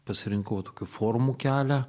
pasirinkau tokių formų kelią